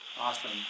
awesome